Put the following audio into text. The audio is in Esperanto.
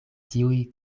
tiuj